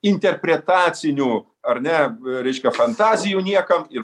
interpretacinių ar ne reiškia fantazijų niekam ir